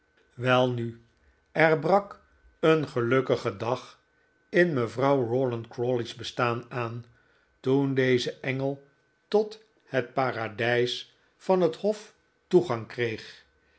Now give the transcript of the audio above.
welnu er brak een gelukkige dag in mevrouw rawdon crawley's bestaan aan toen deze engel tot het paradijs van het pi of toegang kreeg